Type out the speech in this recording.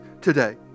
today